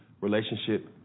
relationship